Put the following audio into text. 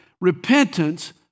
Repentance